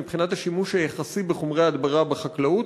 מבחינת השימוש היחסי בחומרי הדברה בחקלאות,